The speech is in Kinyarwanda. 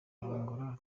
angola